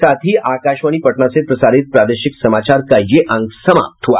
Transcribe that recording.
इसके साथ ही आकाशवाणी पटना से प्रसारित प्रादेशिक समाचार का ये अंक समाप्त हुआ